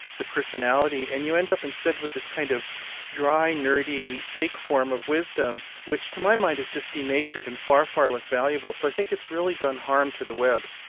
the personality, and you end up instead with this kind of dry, nerdy, fake form of wisdom, which to my mind is just denatured, and far, far less valuable. so i think it's really done harm to the web.